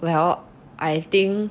well I think